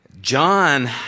John